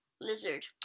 lizard